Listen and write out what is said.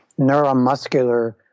neuromuscular